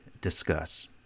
discuss